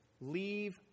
Leave